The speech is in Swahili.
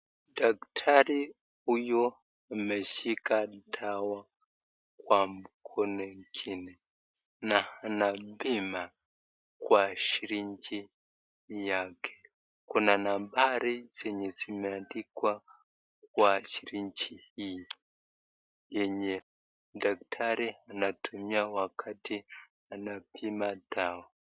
Daktari huyo ameshika dawa kwa mkono ingine ,na anapima Kwa[cs ]syringe[cs ]yake ,kuna nambari zenye zimeandikwa kwa[cs ]syringe hii yenye daktari anatumia wakati anapima dawa.